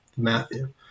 matthew